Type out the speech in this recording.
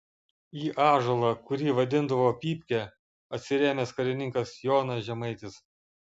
į ąžuolą kurį vadindavo pypke atsirėmęs karininkas jonas žemaitis